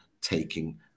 taking